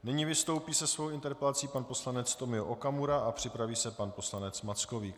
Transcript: Nyní vystoupí se svou interpelací pan poslanec Tomio Okamura a připraví se pan poslanec Mackovík.